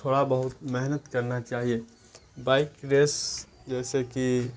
تھوڑا بہت محنت کرنا چاہیے بائک ریس جیسے کہ